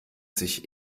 sich